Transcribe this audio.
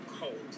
cold